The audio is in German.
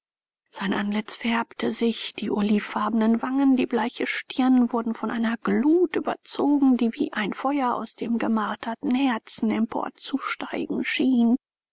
sein antlitz färbte sich die olivefarbenen wangen die bleiche stirn wurden von einer glut überzogen die wie ein feuer aus dem gemarterten herzen emporzusteigen schien